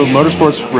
Motorsports